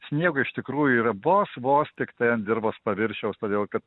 sniego iš tikrųjų yra vos vos tiktai ant dirvos paviršiaus todėl kad